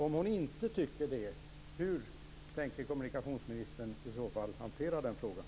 Om hon inte tycker det, hur tänker kommunikationsministern i så fall hantera den frågan?